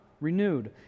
Renewed